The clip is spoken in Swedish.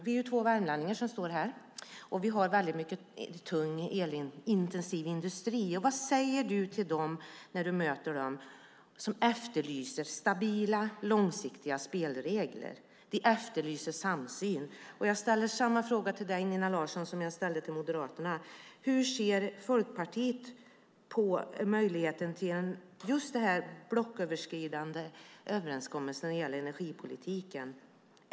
Vi är två värmlänningar som står här, och vi har väldigt mycket tung och elintensiv industri. Vad säger Nina Larsson när hon möter dem som efterlyser stabila och långsiktiga spelregler och en samsyn? Jag vill också ställa samma fråga till dig, Nina Larsson, som jag ställde till Moderaterna: Hur ser Folkpartiet på möjligheten till just blocköverskridande överenskommelser när det gäller energipolitiken?